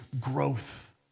growth